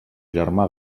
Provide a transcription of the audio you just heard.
germà